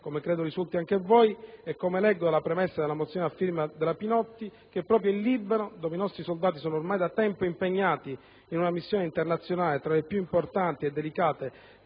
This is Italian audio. come credo risulti anche a voi e come leggo nella premessa della mozione a firma della senatrice Pinotti, che proprio in Libano, dove i nostri soldati sono ormai da tempo impegnati in una missione internazionale tra le più importanti e delicate